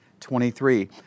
23